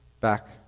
back